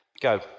Go